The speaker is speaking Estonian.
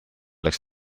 läks